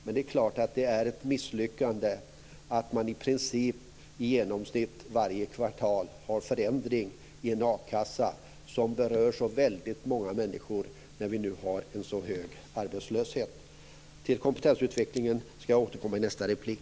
Men det är klart att det är ett misslyckande att man i genomsnitt varje kvartal har genomfört förändringar i den a-kassa som, när vi nu har en så hög arbetslöshet, berör så väldigt många människor. Jag återkommer till kompetensutvecklingen i min nästa replik.